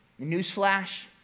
Newsflash